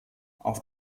auf